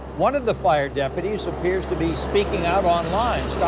one of the fire deputies appears to be speaking out on like